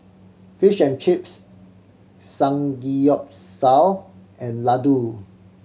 Fish and Chips Samgeyopsal and Ladoo